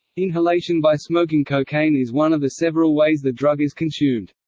inhalation by smoking cocaine is one of the several ways the drug is consumed.